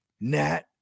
Nat